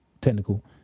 technical